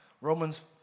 Romans